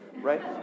Right